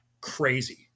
crazy